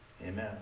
Amen